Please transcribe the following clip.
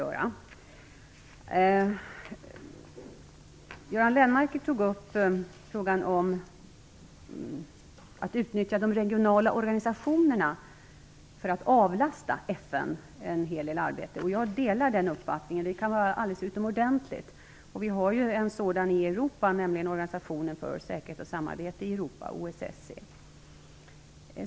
Göran Lennmarker tog upp frågan om att utnyttja de regionala organisationerna för att avlasta FN en hel del arbete. Jag delar uppfattningen att detta kan vara alldeles utomordentligt bra. Vi har en sådan organisation i Europa, nämligen organisationen för säkerhet och samarbete i Europa, OSSE.